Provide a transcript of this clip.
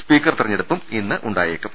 speaker തെരഞ്ഞെടുപ്പും ഇന്നുണ്ടായേക്കും